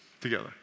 Together